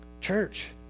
Church